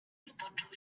wtoczył